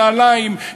נעליים,